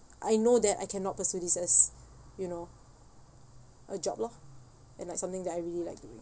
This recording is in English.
I know that I cannot pursue this as you know a job loh and like something that I really like doing